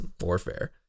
warfare